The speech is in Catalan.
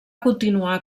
continuar